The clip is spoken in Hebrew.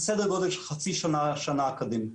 זה סדר גודל של חצי שנה, שנה אקדמית.